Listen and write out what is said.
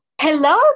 hello